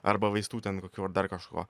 arba vaistų ten kokių ar dar kažko